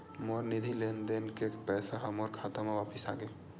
मोर निधि लेन देन के पैसा हा मोर खाता मा वापिस आ गे